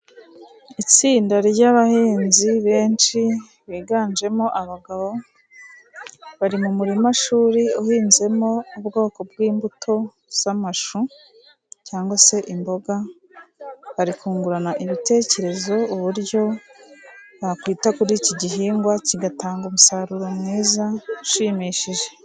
Itsinda ry'abahinzi benshi biganjemo abagabo, bari mu murimashuri uhinzemo ubwoko bw'imbuto z'amashu, cyangwa se imboga, bari kungurana ibitekerezo, uburyo bakwita kuri iki gihingwa kigatanga umusaruro mwiza ushimishije.